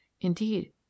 Indeed